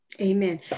Amen